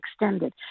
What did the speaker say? extended